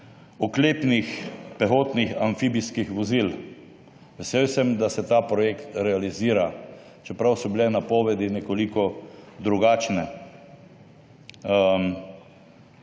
oklepnih pehotnih amfibijskih vozil. Vesel sem, da se ta projekt realizira, čeprav so bile napovedi nekoliko drugačne.